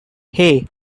hey